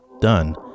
done